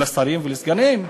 ולשרים ולסגנים.